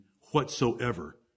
whatsoever